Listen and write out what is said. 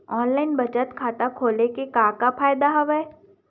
online बचत खाता खोले के का का फ़ायदा हवय